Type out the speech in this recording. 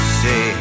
say